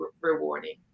rewarding